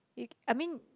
I mean